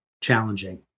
challenging